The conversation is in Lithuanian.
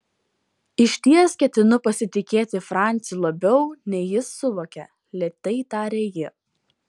išties ketinu pasitikėti franciu labiau nei jis suvokia lėtai tarė ji